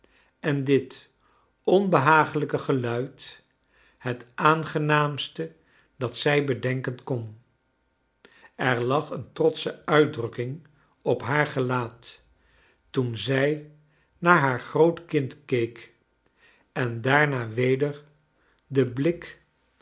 en dit onbehagelijke geluid het aangenaamste dat zij bedenken kon er lag een trotsche uitdrukking op haai gelaat toen zij naar haar groot kind keek en daarna weder den blik